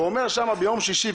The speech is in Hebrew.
ואומר שם ביום שישי,